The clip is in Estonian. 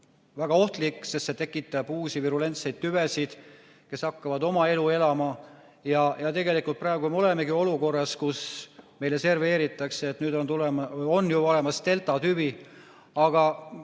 väga ohtlik, sest see tekitab uusi virulentseid tüvesid, mis hakkavad oma elu elama. Ja tegelikult praegu me olemegi olukorras, kus meile serveeritakse, et nüüd on juba olemas deltatüvi. Aga